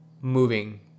moving